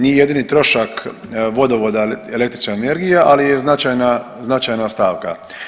Nije jedini trošak vodovoda električna energija, ali je značajna stavka.